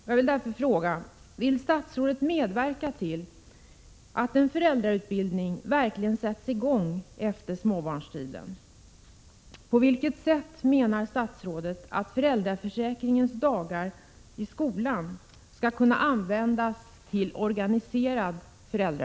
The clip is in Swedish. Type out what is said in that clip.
Jag vill därför fråga: